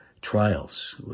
trials